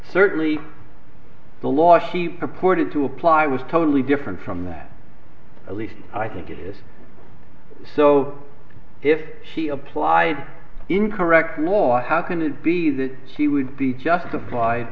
certainly the law she purported to apply was totally different from that at least i think it is so if she applied incorrect more how can it be that she would be